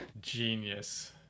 Genius